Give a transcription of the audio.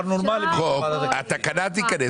התקנה תיכנס